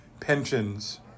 pensions